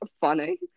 funny